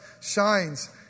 shines